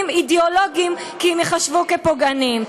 אידיאולוגיים כי הם ייחשבו לפוגעניים.